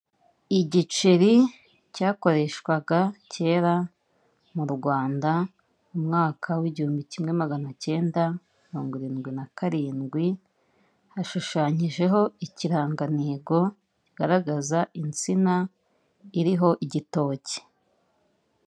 Igiceri cyakoreshwaga kera mu Rwanda umwaka w'igihumbi kimwe magana cyenda mirongo irindwi na karindwi, hashushanyijeho ikirangantego kigaragaza insina iriho igitoki.